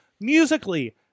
musically